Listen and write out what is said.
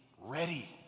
ready